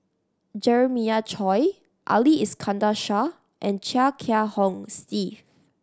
Jeremiah Choy Ali Iskandar Shah and Chia Kiah Hong Steve